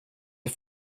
det